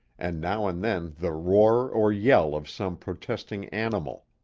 and now and then the roar or yell of some protesting animal.